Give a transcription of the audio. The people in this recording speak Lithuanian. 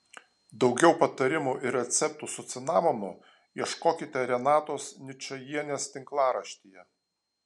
daugiau patarimų ir receptų su cinamonu ieškokite renatos ničajienės tinklaraštyje